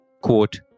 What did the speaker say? Quote